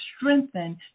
strengthen